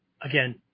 again